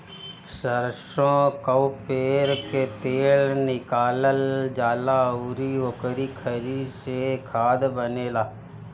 सरसो कअ पेर के तेल निकालल जाला अउरी ओकरी खरी से खाद बनेला